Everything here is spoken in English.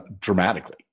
dramatically